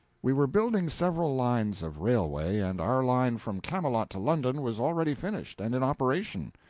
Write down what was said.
we were building several lines of railway, and our line from camelot to london was already finished and in operation.